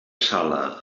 sala